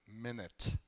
minute